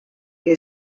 que